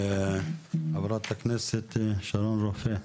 חברת הכנסת שרון רופא,